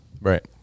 Right